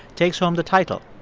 takes home the title,